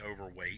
overweight